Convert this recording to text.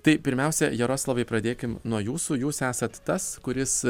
tai pirmiausia jaroslavai pradėkim nuo jūsų jūs esat tas kuris